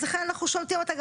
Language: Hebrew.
אז לכן אנחנו שומטים אותה.